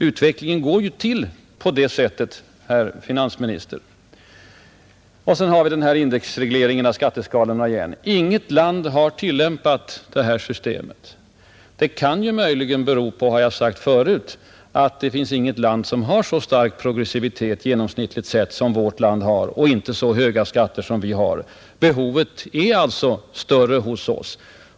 Utvecklingen sker ju på det sättet, herr finansminister. Och så har vi indexregleringen av skatteskalorna igen. Inget land har tillämpat det här systemet, säger finansministern. Det kan ju möjligen bero på vad jag har sagt förut, nämligen att det inte finns något land som har så stark progressivitet genomsnittligt som vårt land och inte så höga skatter. Behovet är allt större hos oss.